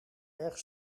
erg